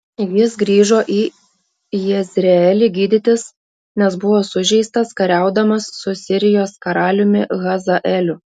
jis grįžo į jezreelį gydytis nes buvo sužeistas kariaudamas su sirijos karaliumi hazaeliu